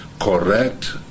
correct